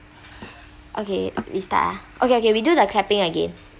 okay we start ah okay okay we do the clapping again